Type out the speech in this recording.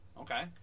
Okay